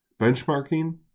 Benchmarking